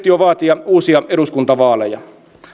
jo vaatia uusia eduskuntavaaleja